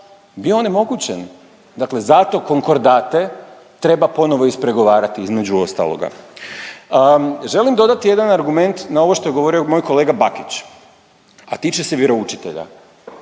bio onemogućen, dakle zato konkordate treba ponovo ispregovarati između ostaloga. Želim dodati jedan argument na ovo što je govorio moj kolega Bakić, a tiče se vjeroučitelja.